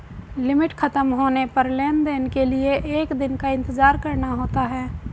limit खत्म होने पर लेन देन के लिए एक दिन का इंतजार करना होता है